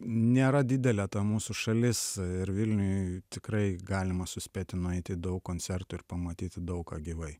nėra didelė ta mūsų šalis ir vilniuj tikrai galima suspėti nueiti į daug koncertų ir pamatyti daug ką gyvai